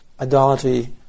idolatry